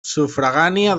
sufragània